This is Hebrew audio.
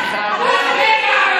את החברה של בן גביר,